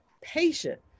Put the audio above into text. patient